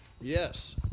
yes